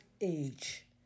age